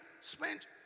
spent